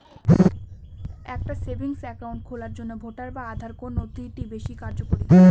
একটা savings account খোলার জন্য ভোটার বা আধার কোন নথিটি বেশী কার্যকরী?